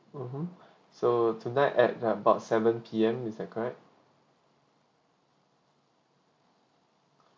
mmhmm so tonight at about seven P_M is that correct